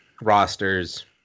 rosters